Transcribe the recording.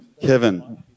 Kevin